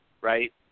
right